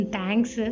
Thanks